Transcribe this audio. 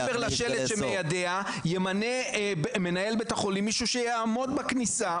מעבר לשלט שמיידע ימנה מנהל בית החולים מישהו שיעמוד בכניסה,